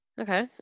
Okay